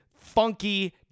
funky